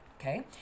okay